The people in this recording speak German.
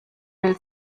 will